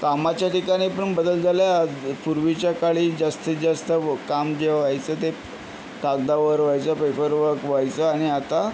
कामाच्या ठिकाणी पण बदल झाला आहे पूर्वीच्या काळी जास्तीत जास्त व काम जे व्हायचं ते कागदावर व्हायचं पेपरवर्क व्हायचं आणि आता